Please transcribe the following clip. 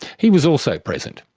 he was also present.